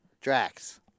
Drax